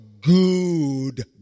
Good